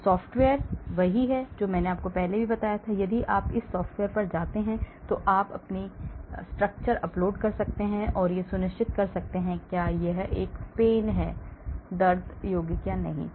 तो यह सॉफ्टवेयर वही है जो मैंने कहा था यदि आप इस सॉफ़्टवेयर पर जाते हैं तो आप अपनी संरचनाएं अपलोड कर सकते हैं और यह सुनिश्चित कर सकते हैं कि क्या यह पैन है PAIN यौगिक या नहीं